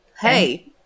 Hey